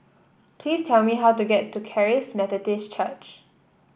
please tell me how to get to Charis Methodist Church